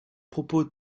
propos